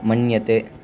मन्यते